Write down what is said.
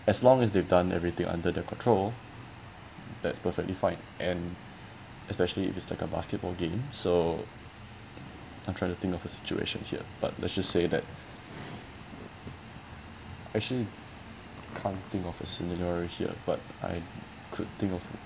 as long as they've done everything under their control that's perfectly fine and especially if it's like a basketball game so I'm trying to think of a situation here but let's just say that actually can't think of a similar here but I could think of